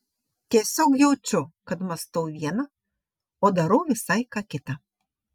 tiesiog jaučiu kad mąstau viena o darau visai ką kita